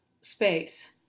space